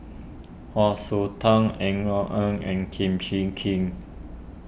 Hsu Su Tang Eng Eng and Kim Chee Kin